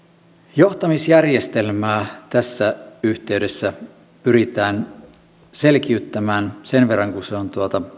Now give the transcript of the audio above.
johtamisjärjestelmää tässä yhteydessä pyritään selkiyttämään sen verran kuin se on